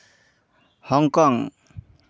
Hong Kong